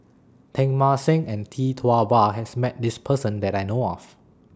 Teng Mah Seng and Tee Tua Ba has Met This Person that I know of